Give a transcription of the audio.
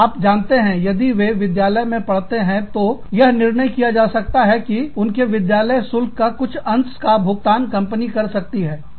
आप जानते हैंयदि वे विद्यालय में पढ़ते हैं तो यह निर्णय किया जा सकता है कि उनके विद्यालय शुल्क का कुछ अंश का भुगतान कंपनी कर सकती है